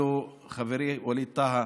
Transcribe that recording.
חברי ווליד טאהא,